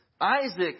Isaac